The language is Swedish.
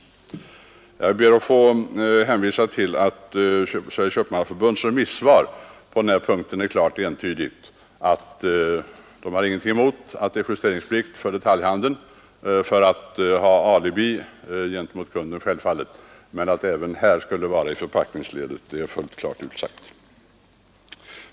Jag vill hänvisa till att Sveriges köpmannaförbunds remissvar på denna punkt är klart och entydigt. Man har självfallet ingenting emot justeringsplikt för detaljhandeln såsom ett alibi gentemot kunderna, men det är även här bestämt utsagt att justeringsplikten skall gälla också förpackningsledet.